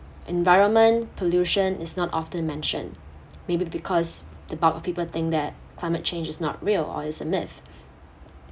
environment pollution is not often mentioned maybe because the bulk of people think that climate change is not real or is a myth